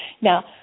Now